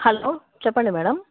hello చెప్పండి madam